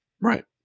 Right